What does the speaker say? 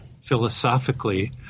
philosophically